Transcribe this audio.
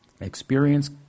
Experience